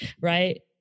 right